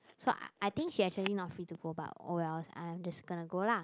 so I I think she actually not free to go but oh well I'm just gonna go lah